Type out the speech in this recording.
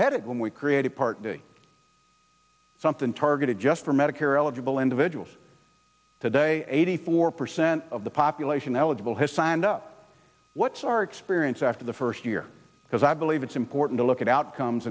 headed when we created part of something targeted just for medicare eligible individuals today eighty four percent of the population eligible has signed up what's our experience after the first year because i believe it's important to look at outcomes